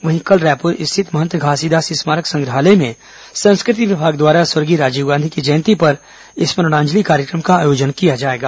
वहीं कल रायपुर स्थित महंत घासीदास स्मारक संग्रहालय में संस्कृति विभाग द्वारा स्वर्गीय राजीव गांधी की जयंती पर स्मरणांजलि कार्यक्रम का आयोजन किया जाएगा